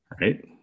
right